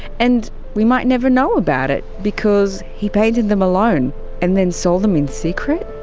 and we might never know about it. because he painted them alone and then sold them in secret?